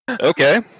Okay